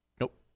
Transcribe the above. Nope